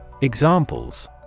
Examples